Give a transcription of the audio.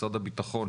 משרד הביטחון,